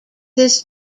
this